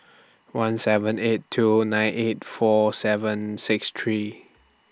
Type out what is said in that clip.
one seven eight two nine eight four seven six three